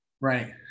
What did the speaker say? Right